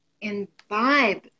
imbibe